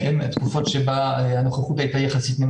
זאת תכנית שמיועדת לגיל בית הספר היסודי.